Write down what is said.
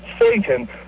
Satan